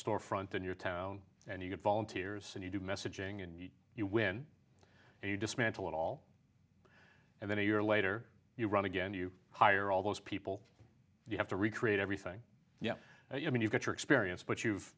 store front in your town and you get volunteers and you do messaging and you win and you dismantle it all and then a year later you run again you hire all those people you have to recreate everything yeah yeah i mean you get your experience but you've